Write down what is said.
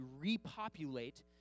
repopulate